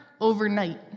overnight